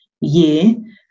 year